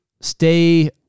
Stay